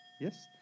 Yes